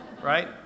right